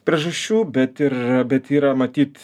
priežasčių bet ir bet yra matyt